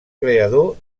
creador